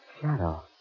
Shadow